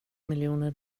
miljoner